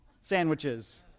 sandwiches